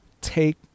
take